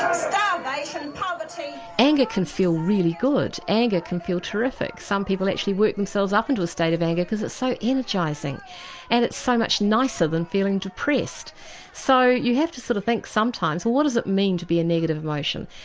um ah like some ways. anger can feel really good, anger can feel terrific, some people actually work themselves up into a state of anger because it's so energising and it's so much nicer than feeling depressed. so you have to sort of think sometimes, well what does it mean to be a negative emotion?